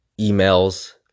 emails